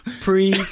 pre